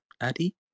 Addy